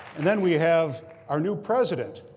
and then we have our new president